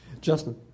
Justin